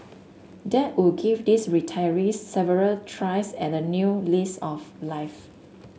that would give these retirees several tries at a new of life